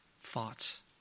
thoughts